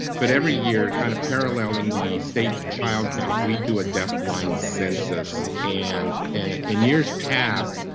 but every year, kind of paralleling the state child count, we do a deaf-blind census, and in years past,